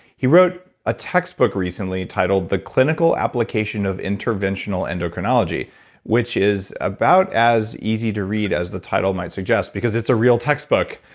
he wrote a textbook recently entitled the clinical application of interventional endocrinology which is about as easy to read as the title might suggest because it's a real textbook,